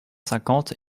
cinquante